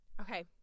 okay